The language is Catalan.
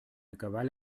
acabar